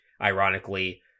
ironically